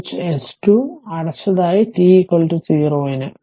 switch S 2 അടച്ചതായി t 0 ന്